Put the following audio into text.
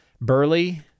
Burley